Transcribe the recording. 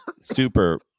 super